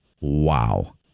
Wow